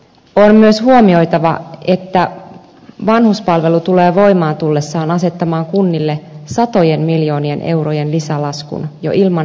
on myös huomioitava että vanhuspalvelu tulee voimaan tullessaan asettamaan kunnille satojen miljoonien eurojen lisälaskun jo ilman henkilöstömitoitusta